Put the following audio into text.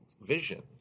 vision